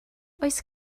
oes